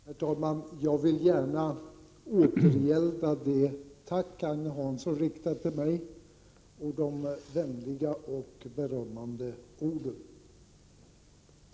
Herr talman! Jag vill gärna återgälda det tack som Agne Hansson riktade till mig och tacka för de vänliga och berömmande orden.